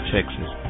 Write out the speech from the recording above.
Texas